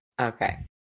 Okay